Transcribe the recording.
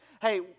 Hey